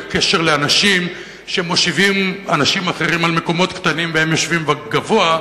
בקשר לאנשים שמושיבים אנשים אחרים על מקומות קטנים והם יושבים גבוה,